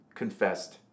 confessed